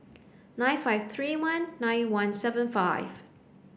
nine five three one nine one seven five